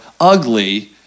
ugly